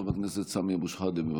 חבר הכנסת סמי אבו שחאדה, בבקשה.